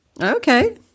Okay